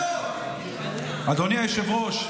אדוני היושב-ראש,